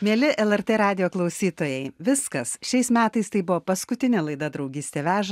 mieli lrt radijo klausytojai viskas šiais metais tai buvo paskutinė laida draugystė veža